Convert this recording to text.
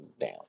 down